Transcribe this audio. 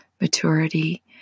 maturity